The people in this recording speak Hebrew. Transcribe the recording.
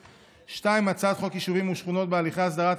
2. הצעת חוק יישובים ושכונות בהליכי הסדרה,